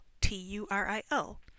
t-u-r-i-l